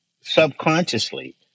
subconsciously